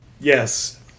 Yes